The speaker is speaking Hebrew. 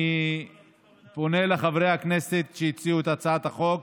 אני פונה לחברי הכנסת שהציעו את הצעת החוק,